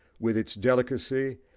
with its delicacy,